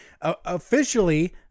Officially